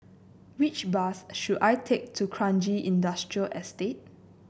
which bus should I take to Kranji Industrial Estate